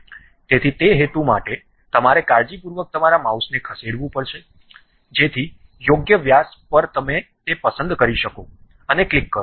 તેથી તે હેતુ માટે તમારે કાળજીપૂર્વક તમારા માઉસને ખસેડવું પડશે જેથી યોગ્ય વ્યાસ પર તમે તે પસંદ કરી શકો અને ક્લિક કરો